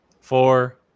four